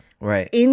Right